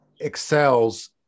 excels